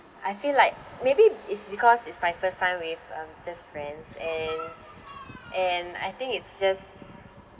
I feel like maybe it's because it's my first time with um just friends and and I think it's just